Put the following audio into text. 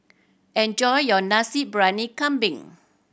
enjoy your Nasi Briyani Kambing